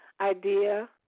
idea